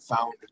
found